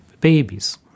babies